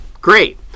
Great